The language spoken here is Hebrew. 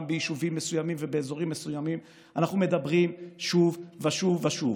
ביישובים מסוימים ובאזורים מסוימים אנחנו מדברים שוב ושוב ושוב.